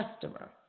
customer